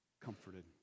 comforted